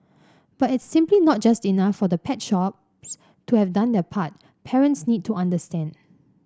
but it's simply not just enough for the pet shops to have done their part parents need to understand